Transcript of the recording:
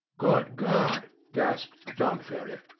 good god! gasped john ferrier.